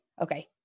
Okay